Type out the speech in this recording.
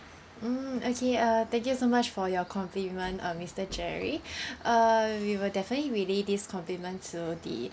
mm okay uh thank you so much for your compliment um mister jerry uh we will definitely relay this compliment to the